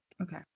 Okay